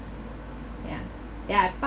ya ya I park